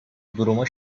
duruma